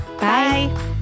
Bye